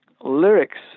lyrics